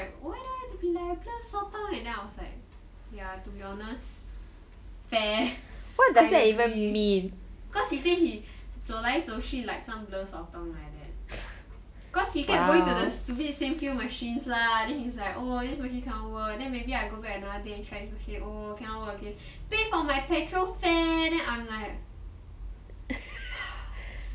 why do I have to be like a blur sotong and then I was like ya to be honest fair I agree cause he say he 走来走去 like some blur sotong like that cause he kept going to the stupid same few machines lah then he's like oh this machine cannot work then maybe I go back another day try the machine again oh cannot work again pay for my petrol fare then I'm like